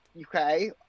okay